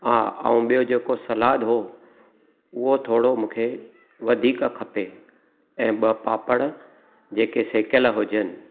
आ ऐं ॿियो जेके सलादु हुओ उहो थोरो मूंखे वधीक खपे ऐं ॿ पापड़ जेके सेकियलु हुजनि